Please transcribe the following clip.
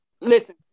Listen